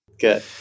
Good